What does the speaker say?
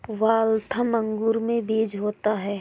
Waltham अंगूर में बीज होता है